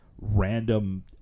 random